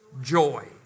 joy